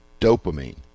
dopamine